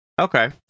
Okay